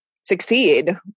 succeed